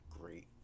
great